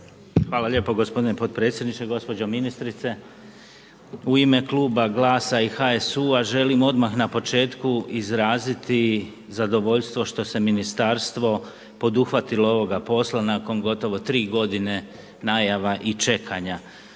Hvala lijepo gospodine potpredsjedniče. Gospođo ministrice. U ime Kluba Glasa i HSU-a želim odmah na početku izraziti zadovoljstvo što se ministarstvo poduhvatilo ovoga posla nakon gotovo 3 godine najava i čekanja.